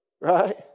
Right